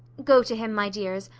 go to him, my dears,